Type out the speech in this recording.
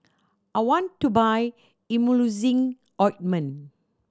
I want to buy Emulsying Ointment